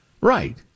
Right